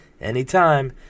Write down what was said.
anytime